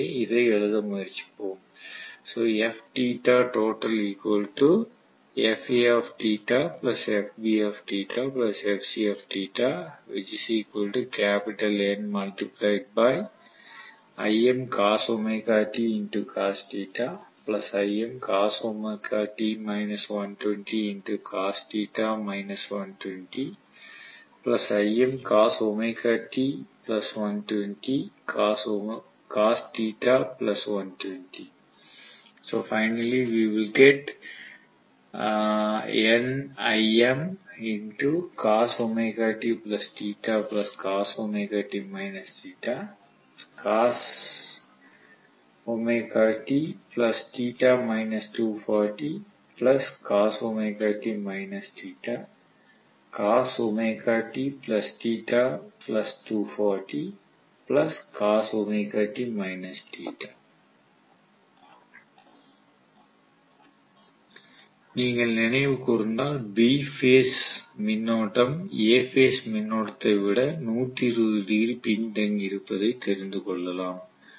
எனவே இதை எழுத முயற்சிப்போம் நீங்கள் நினைவு கூர்ந்தால் B பேஸ் மின்னோட்டம் A பேஸ் மின்னோட்டத்தை விட 120 டிகிரி பின்தங்கியிருப்பதை தெரிந்து கொள்ளலாம்